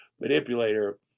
manipulator